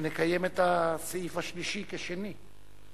נקיים את הסעיף השלישי כשני,